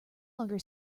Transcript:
longer